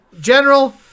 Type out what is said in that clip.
General